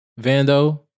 Vando